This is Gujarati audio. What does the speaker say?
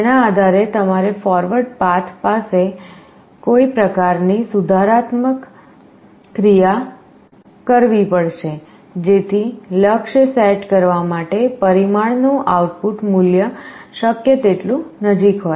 તેના આધારે તમારે ફોરવર્ડ પાથ સાથે કોઈ પ્રકારની સુધારણાત્મક ક્રિયા કરવી પડશે જેથી લક્ષ્ય સેટ કરવા માટે પરિમાણનું આઉટપુટ મૂલ્ય શક્ય તેટલું નજીક હોય